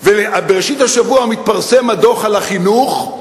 בראשית השבוע מתפרסם הדוח על החינוך,